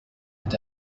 est